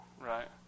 right